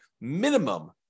minimum